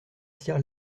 cyr